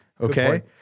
Okay